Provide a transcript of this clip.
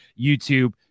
YouTube